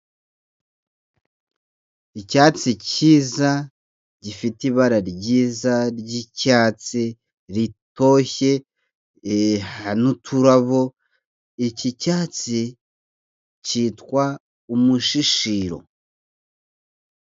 Icyatsi cyiza gifite ibara ryiza ry'icyatsi ritoshye n'uturabo, iki cyatsi cyitwa umushishiro.